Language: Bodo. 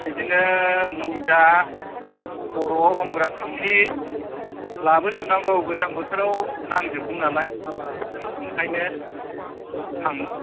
बिदिनो मुजा खर'आव हमग्रा थफि लाबोजोबनांगौ गोजां बोथोराव नांजोबगौ नालाय ओंखायनो थांनो